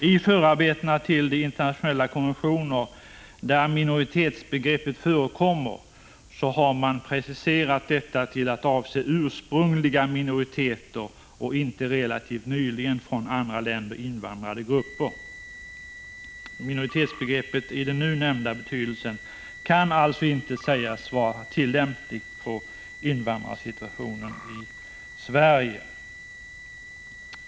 I förarbetena till de internationella konventioner där minoritetsbegreppet förekommer har man preciserat detta till att avse ursprungliga minoriteter och inte relativt nyligen från andra länder invandrade grupper. Minoritetsbegreppet i den nu nämnda betydelsen kan alltså inte sägas vara tillämpligt på invandrarsituationen i Sverige.